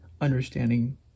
understanding